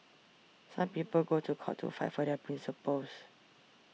some people go to court to fight for their principles